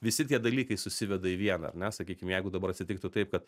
visi tie dalykai susiveda į vieną ar ne sakykim jeigu dabar atsitiktų taip ka